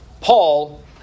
Paul